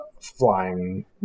flying